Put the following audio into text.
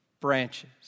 branches